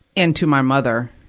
and, to my mother,